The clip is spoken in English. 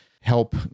help